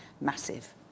massive